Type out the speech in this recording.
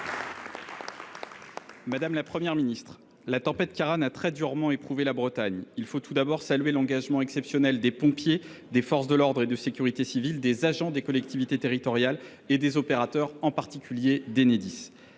Madame la Première ministre, la tempête Ciaran a très durement éprouvé la Bretagne. Il faut tout d’abord saluer l’engagement exceptionnel des pompiers, des agents des forces de l’ordre et de la sécurité civile, de ceux des collectivités territoriales, mais aussi de ceux des opérateurs, en particulier d’Enedis.